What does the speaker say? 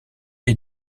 est